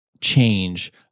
change